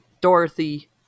Dorothy